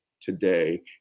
today